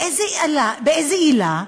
באיזו עילה?